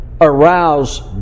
arouse